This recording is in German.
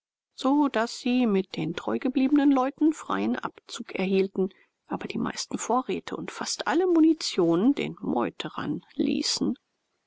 so daß sie mit den treu gebliebenen leuten freien abzug erhielten aber die meisten vorräte und fast alle munition den meuterern ließen